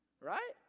Right